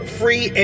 free